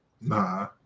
Nah